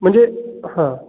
म्हणजे हां